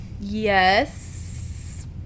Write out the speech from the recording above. Yes